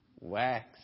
Wax